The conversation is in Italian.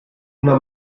una